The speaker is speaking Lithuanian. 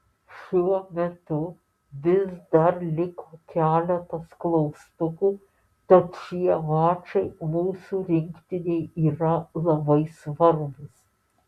šiuo metu vis dar liko keletas klaustukų tad šie mačai mūsų rinktinei yra labai svarbūs